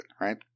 right